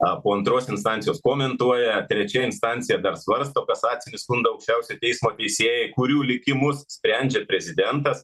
a po antros instancijos komentuoja trečia instancija dar svarsto kasacinį skundą aukščiausiojo teismo teisėjai kurių likimus sprendžia prezidentas